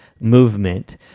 Movement